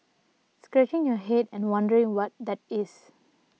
scratching your head and wondering what that is